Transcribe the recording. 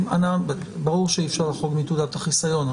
ברור שאי אפשר לחרוג מנקודת החיסיון.